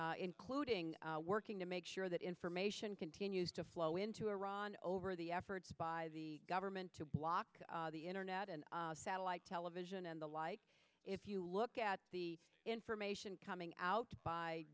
including working to make sure that information continues to flow into iran over the efforts by the government to block the internet and satellite television and the like if you look at the information coming out